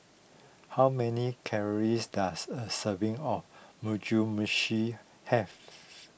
how many calories does a serving of Muju Meshi has